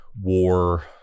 war